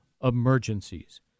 emergencies